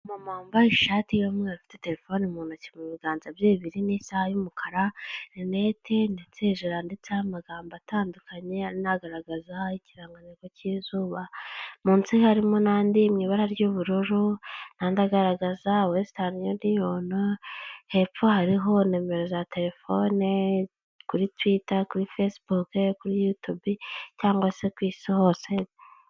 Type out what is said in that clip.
Umumama wambaye ishati y'umweru ufite telefone mu ntoki mu biganza bye bibiri n'isaha y'umukara, rinete ndetse hejuru handitseho amagambo atandukanye hari nagaragaza ikirangantego cy'izuba munsi harimo n'andi mu ibara ry'ubururu n'andi agaragaza wesitani yuniyono hepfo hariho nimero za telefone kuri tuwita, kuri fesibuke, kuri yutubi cyangwa se ku isi hose.